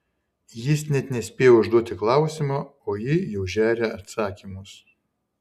jis net nespėja užduoti klausimo o ji jau žeria atsakymus